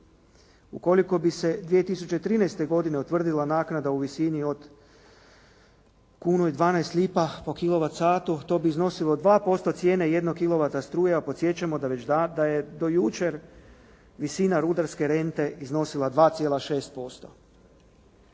Ukoliko bi se 2013. godine utvrdila naknada u visini od kunu i 12 lipa po kilovat satu to bi iznosilo 2% cijene jednog kilovata struje a podsjećamo da je do jučer visina rudarske rente iznosila 2,6%.